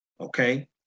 Okay